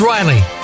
Riley